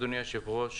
אדוני היושב-ראש,